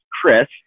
chris